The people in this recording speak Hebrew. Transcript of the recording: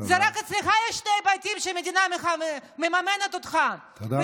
זה רק אצלך יש שני בתים שהמדינה מממנת, תודה רבה.